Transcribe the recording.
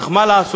אך מה לעשות,